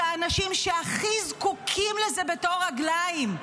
האנשים שהכי זקוקים לזה בתור רגליים,